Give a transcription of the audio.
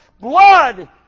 blood